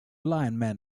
lineman